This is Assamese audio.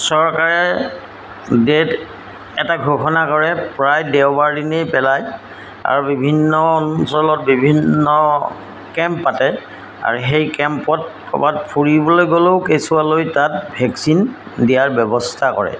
চৰকাৰে ডেট এটা ঘোষণা কৰে প্ৰায় দেওবাৰ দিনেই পেলাই আৰু বিভিন্ন অঞ্চলত বিভিন্ন কেম্প পাতে আৰু সেই কেম্পত ক'ৰবাত ফুৰিবলৈ গ'লেও কেঁচুৱা লৈ তাত ভেকচিন দিয়াৰ ব্যৱস্থা কৰে